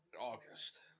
August